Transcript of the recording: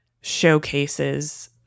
showcases